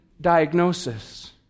diagnosis